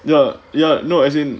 ya ya no as in